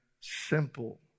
simple